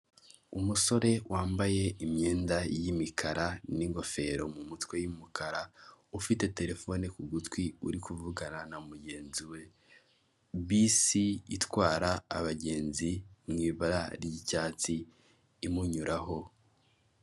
Umusore wambaye imyenda y'imikara n'ingofero mumutwe y'umukara ufite terefone ku gutwi uri kuvugana na mugenzi we, bisi itwara abagenzi mu ibara ry'icyatsi imunyuraho.